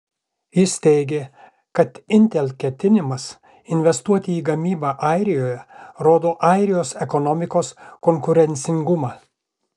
jis teigė kad intel ketinimas investuoti į gamybą airijoje rodo airijos ekonomikos konkurencingumą